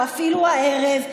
או אפילו הערב,